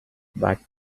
but